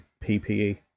PPE